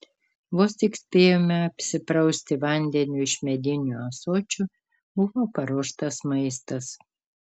vos tik spėjome apsiprausti vandeniu iš medinių ąsočių buvo paruoštas maistas